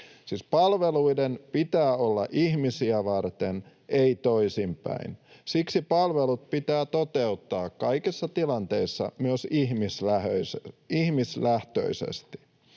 Siis palveluiden pitää olla ihmisiä varten, ei toisinpäin. Siksi palvelut pitää toteuttaa kaikissa tilanteissa myös ihmislähtöisesti.